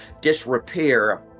disrepair